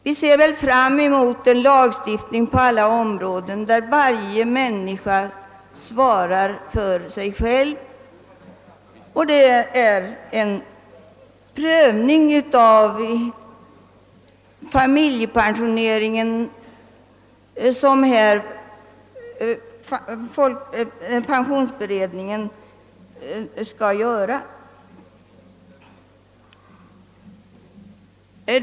Vi ser väl fram mot en lagstiftning på alla områden, där varje människa svarar för sig själv, och det är en prövning av familjepensioneringen som kommittén skall göra.